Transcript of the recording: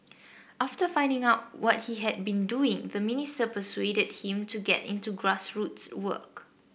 after finding out what he had been doing the minister persuaded him to get into grassroots work